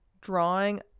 drawing